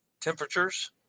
temperatures